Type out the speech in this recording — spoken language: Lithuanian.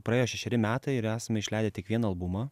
praėjo šešeri metai ir esame išleidę tik vieną albumą